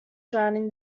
surrounding